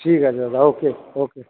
ঠিক আছে দাদা ওকে ওকে